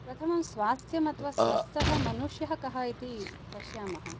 प्रथमं स्वास्थ्यम् अथवा स्वस्थः मनुष्यः कः इति पश्यामः